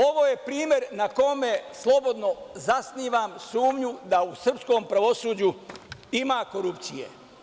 Ovo je primer na kome slobodno zasnivam sumnju da u srpskom pravosuđu ima korupcije.